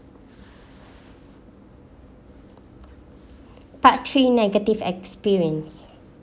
part three negative experience